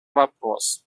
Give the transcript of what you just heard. вопрос